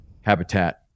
habitat